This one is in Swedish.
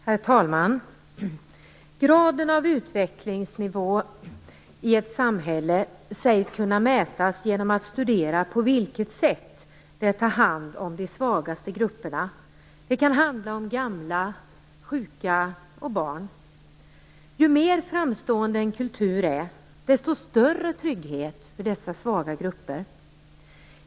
Herr talman! Graden av utvecklingsnivå i ett samhälle sägs kunna mätas genom att studera på vilket sätt det tar hand om de svagaste grupperna. Det kan handla om gamla, sjuka och barn. Ju mer framstående en kultur är, desto större trygghet för dessa svaga grupper.